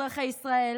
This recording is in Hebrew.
אזרחי ישראל,